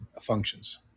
functions